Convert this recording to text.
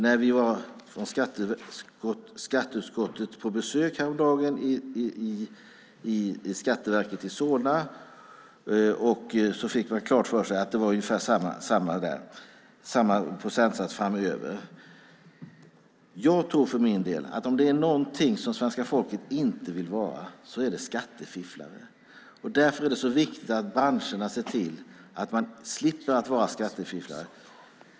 När vi från skatteutskottet var på besök häromdagen vid Skatteverket i Solna fick vi klart för oss att det var ungefär samma procentsats där framöver. Jag tror för min del att om det är någonting som svenska folket inte vill vara är det skattefifflare. Därför är det så viktigt att branscherna ser till att man slipper vara skattefifflare.